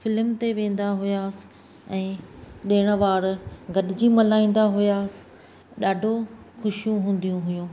film ते वेंदा हुआसि ऐं ॾिणु वार गॾिजी मल्हाईंदा हुआसि ॾाढो ख़ुशियूं हूंदियूं हुयूं